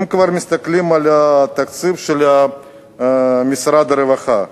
אם כבר מסתכלים על התקציב של משרד הרווחה,